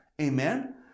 Amen